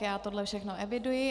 Já tohle všechno eviduji.